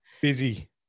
Busy